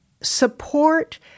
support